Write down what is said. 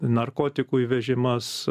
narkotikų įvežimas